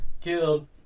killed